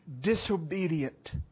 disobedient